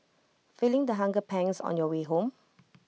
feeling the hunger pangs on your way home